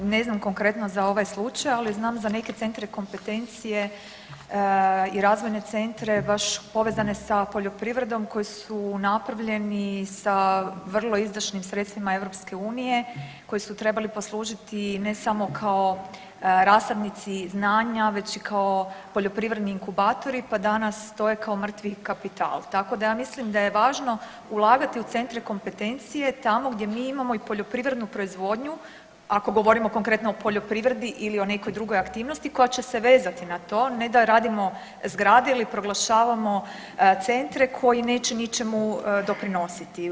Ne znam konkretno za ovaj slučaj, ali znam za neke centre kompetencije i razvojne centre baš povezane sa poljoprivredom koji su napravljeni sa vrlo izdašnim sredstvima EU koji su trebali poslužiti i ne samo kao rasadnici znanja već i kao poljoprivredni inkubatori pa danas stoje kao mrtvi kapital, tako da ja mislim da je važno ulagati u centre kompetencije tamo gdje mi imamo i poljoprivrednu proizvodnju, ako govorimo konkretno o poljoprivredi ili o nekoj drugoj aktivnosti koja će se vezati na to, ne da radimo zgrade ili proglašavamo centre koji neće ničemu doprinositi.